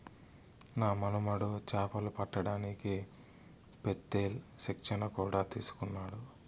నా మనుమడు చేపలు పట్టడానికి పెత్తేల్ శిక్షణ కూడా తీసుకున్నాడు